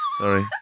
Sorry